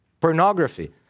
pornography